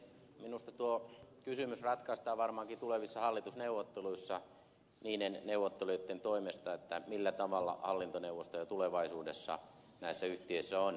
minusta tuo kysymys ratkaistaan varmaankin tulevissa hallitusneuvotteluissa niiden neuvottelijoiden toimesta että millä tavalla hallintoneuvostoja tulevaisuudessa näissä yhtiöissä on